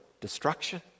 destruction